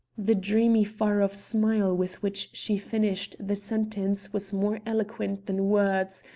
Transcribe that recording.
the dreamy far-off smile with which she finished the sentence was more eloquent than words,